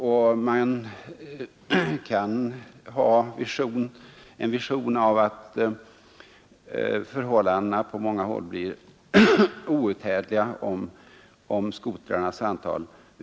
Det är lätt att få en vision av hur förhållandena på många håll kommer att bli outhärdliga, om antalet skotrar ökar kraftigt.